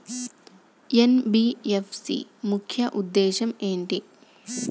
NBFC ముఖ్య ఉద్దేశం ఏంటి?